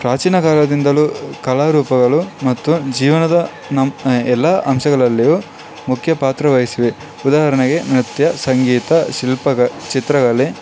ಪ್ರಾಚೀನ ಕಾಲದಿಂದಲೂ ಕಲಾರೂಪಗಳು ಮತ್ತು ಜೀವನದ ನಮ್ಮ ಎಲ್ಲ ಅಂಶಗಳಲ್ಲಿಯೂ ಮುಖ್ಯ ಪಾತ್ರವಹಿಸಿವೆ ಉದಾಹರಣೆಗೆ ನೃತ್ಯ ಸಂಗೀತ ಶಿಲ್ಪಕ ಚಿತ್ರಗಲೆ